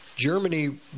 Germany